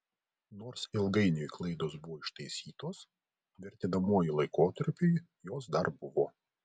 nors ilgainiui klaidos buvo ištaisytos vertinamuoju laikotarpiui jos dar buvo